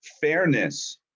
fairness